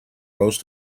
rose